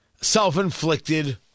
self-inflicted